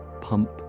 pump